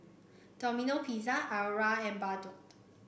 Domino Pizza Iora and Bardot